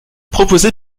proposée